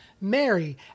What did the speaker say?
Mary